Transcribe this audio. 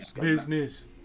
business